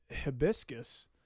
hibiscus